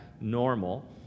normal